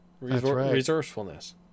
resourcefulness